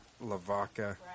Lavaca